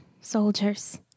soldiers